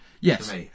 Yes